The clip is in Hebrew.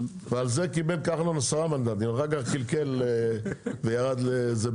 ועל זה קיבל --- 10 מנדטים ואחר כך קלקל וירד לזה,